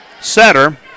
setter